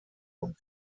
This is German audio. und